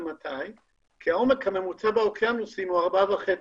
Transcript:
העומק הממוצע באוקיינוסים הוא 4.5 ק"מ.